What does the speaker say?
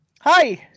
Hi